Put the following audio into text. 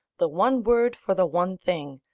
the one word for the one thing,